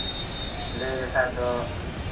ᱞᱟᱹᱭ ᱞᱮᱠᱷᱟᱡ ᱫᱚ